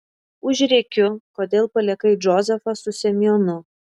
užrėkiu kodėl palikai džozefą su semionu